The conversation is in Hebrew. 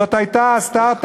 זה היה הסטרט-אפ,